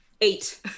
Eight